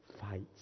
fights